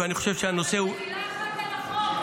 ואני חושב שהנושא הוא --- אבל במילה אחת על החוק,